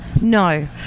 No